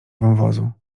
wąwozu